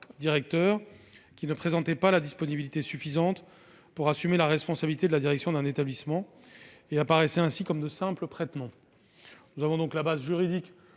directeurs qui ne présentaient pas la disponibilité suffisante pour assumer la responsabilité de la direction d'un établissement et qui apparaissaient comme de simples prête-noms. Par conséquent, puisque